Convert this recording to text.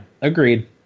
Agreed